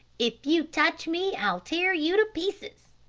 if you touch me, i'll tear you to pieces!